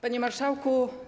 Panie Marszałku!